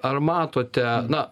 ar matote na